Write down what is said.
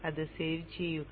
അത് സേവ് ചെയ്യുക